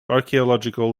archaeological